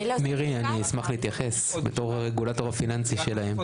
מירי, בתור הרגולטור הפיננסי שלהם אשמח להתייחס.